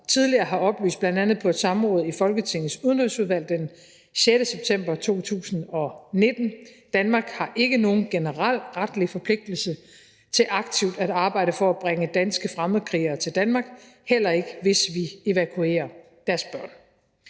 tidligere har oplyst, bl.a. på et samråd i Folketingets Udenrigsudvalg den 6. september 2019: Danmark har ikke nogen generel retlig forpligtelse til aktivt at arbejde for at bringe danske fremmedkrigere til Danmark, heller ikke hvis vi evakuerer deres børn.